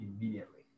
immediately